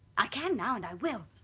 i can now and i will.